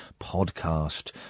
podcast